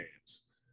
games